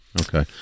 Okay